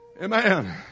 Amen